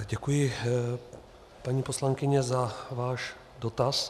Děkuji, paní poslankyně, za váš dotaz.